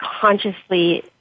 consciously